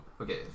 okay